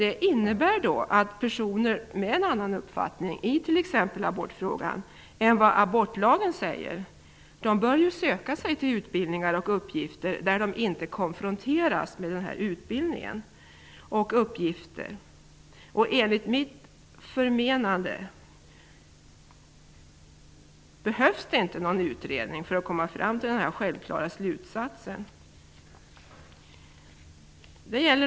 Det innebär att personer med annan uppfattning i t.ex. abortfrågan, än vad abortlagen säger, bör söka sig till utbildningar och uppgifter där de inte konfronteras med den utbildningen och sådana uppgifter. Enligt mitt förmenande behövs det inte någon utredning för att komma fram till den självklara slutsatsen.